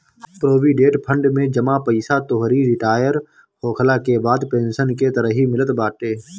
provident fund में जमा पईसा तोहरी रिटायर होखला के बाद पेंशन के तरही मिलत बाटे